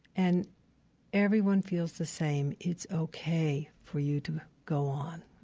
and everyone feels the same, it's ok for you to go on,